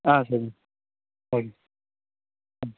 ஆ சரிங்க sir okay sir ஆ